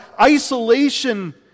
Isolation